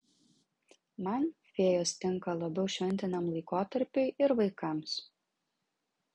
man fėjos tinka labiau šventiniam laikotarpiui ir vaikams